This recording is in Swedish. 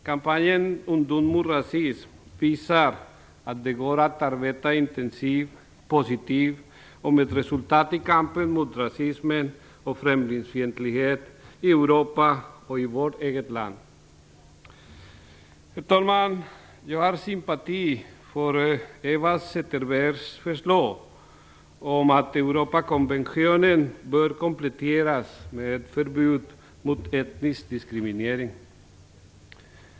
Kampanjen Ungdom mot rasism visar att det går att arbeta intensivt, positivt och med resultat i kampen mot rasism och främlingsfientlighet i Europa och i vårt eget land. Herr talman! Jag känner sympati för Eva Zetterbergs förslag om att Europakonventionen bör kompletteras med ett förbud mot etnisk diskriminering.